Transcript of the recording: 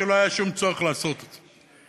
כשלא היה שום צורך לעשות את זה.